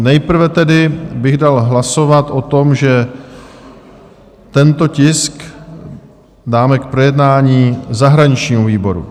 Nejprve tedy bych dal hlasovat o tom, že tento tisk dáme k projednání zahraničnímu výboru.